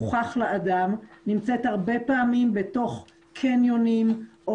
נמצאת הרבה פעמים בתוך קניונים או